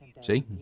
See